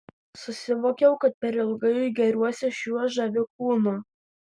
susivokiau kad per ilgai gėriuosi šiuo žaviu kūnu